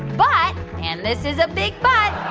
but and this is a big but.